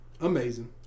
Amazing